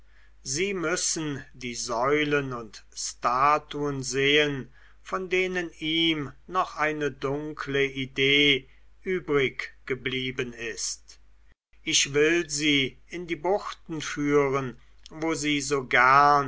sie müssen die säulen und statuen sehen von denen ihm noch eine dunkle idee übriggeblieben ist ich will sie in die buchten führen wo sie so